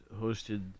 hosted